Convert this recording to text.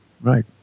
right